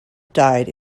died